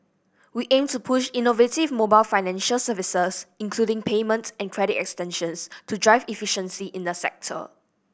we aim to push innovative mobile financial services including payment and credit extensions to drive efficiency in the sector